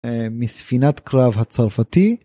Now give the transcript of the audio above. מספינת קרב הצרפתי